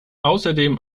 außerdem